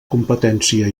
competència